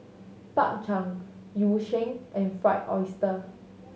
Bak Chang Yu Sheng and Fried Oyster